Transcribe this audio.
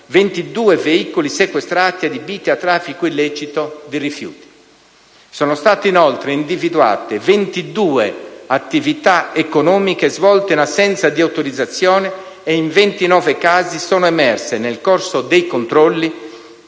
22 veicoli sequestrati adibiti a traffico illecito di rifiuti. Sono state inoltre individuate 22 attività economiche svolte in assenza di autorizzazione e in 29 casi sono emerse, nel corso dei controlli,